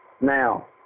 Now